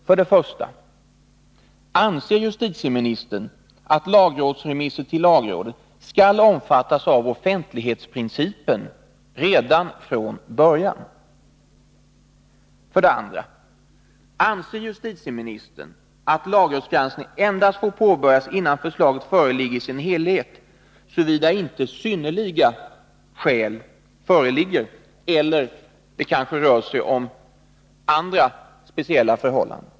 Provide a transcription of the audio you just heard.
För det första: Anser justitieministern att lagrådsremisser skall omfattas av offentlighetsprincipen redan från början? För det andra: Anser justitieministern att lagrådsgranskning endast får påbörjas innan förslaget i sin helhet föreligger, såvida inte synnerliga skäl är för handen?